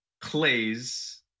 plays